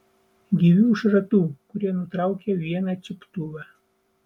gyvių šratų kurie nutraukė vieną čiuptuvą